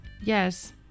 Yes